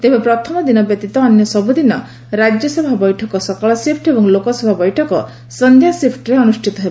ତେବେ ପ୍ରଥମ ଦିନ ବ୍ୟତୀତ ଅନ୍ୟ ସବୂଦିନ ରାଜ୍ୟସଭା ବୈଠକ ସକାଳ ସିଫୁ ଏବଂ ଲୋକସଭା ବୈଠକ ସନ୍ଧ୍ୟା ସିଫୁରେ ଅନୁଷ୍ଟିତ ହେବ